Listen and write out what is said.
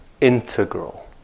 integral